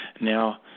now